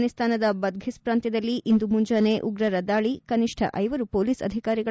ಆಫ್ರಾನಿಸ್ತಾನದ Badghis ಪ್ರಾಂತ್ವದಲ್ಲಿ ಇಂದು ಮುಂಜಾನೆ ಉಗ್ರರ ದಾಳಿ ಕನಿಷ್ಠ ಐವರು ಪೊಲೀಸ್ ಅಧಿಕಾರಿಗಳ